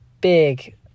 big